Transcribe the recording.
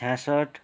छ्यासठ